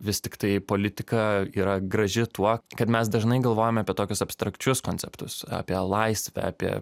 vis tiktai politika yra graži tuo kad mes dažnai galvojame apie tokius abstrakčius konceptus apie laisvę apie